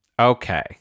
Okay